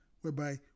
whereby